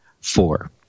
four